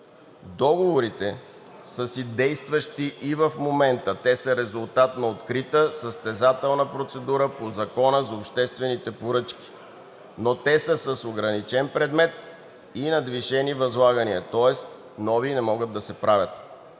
Договорите са действащи и в момента, те са резултат на открита, състезателна процедура по Закона за обществените поръчки, но те са с ограничен предмет и надвишени възлагания, тоест нови не могат да се правят.